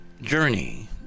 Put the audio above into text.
journey